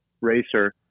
racer